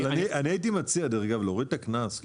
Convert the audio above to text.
אני הייתי מציע דרך אבל להוריד את הקנס,